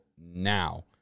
now